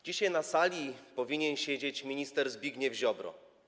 Dzisiaj na sali powinien siedzieć minister Zbigniew Ziobro.